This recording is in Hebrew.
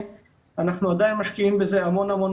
אבל אנחנו עדיין משקיעים בזה המון-המון